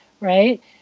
right